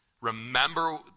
Remember